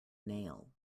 nail